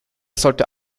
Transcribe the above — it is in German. sollte